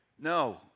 no